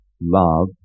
love